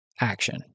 action